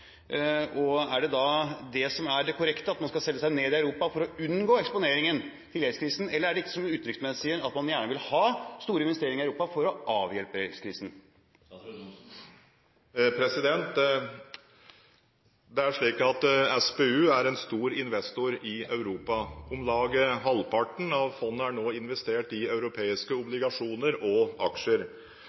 Er det da det som er det korrekte, at man skal selge seg ned i Europa for å unngå eksponeringen for gjeldskrisen, eller er det riktig som utenriksministeren sier, at man gjerne vil ha store investeringer i Europa for å avhjelpe gjeldskrisen? Det er slik at SPU er en stor investor i Europa. Om lag halvparten av fondet er nå investert i europeiske obligasjoner og aksjer.